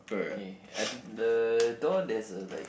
K at the the door there's a like